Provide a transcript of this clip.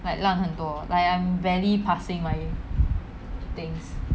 like 烂很多 like I'm barely passing my things